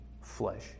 flesh